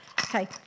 Okay